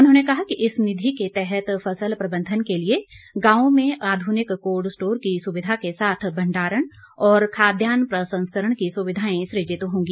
उन्होंने कहा कि इस निधि के तहत फसल प्रबंधन के लिए गांवों में आधुनिक कोल्ड स्टोर की सुविधा के साथ भंडारण और खाद्यान्न प्रसंस्करण की सुविधाएं सुजित होंगी